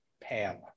Pam